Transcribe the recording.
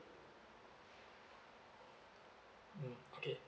mm okay